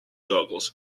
goggles